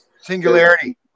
Singularity